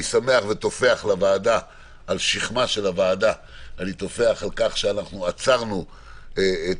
אני שמח וטופח לוועדה על שכמה על כך שעצרנו את